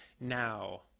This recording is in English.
now